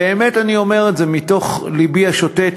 באמת אני אומר את זה מתוך לבי השותת,